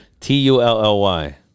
T-U-L-L-Y